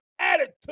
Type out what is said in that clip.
attitude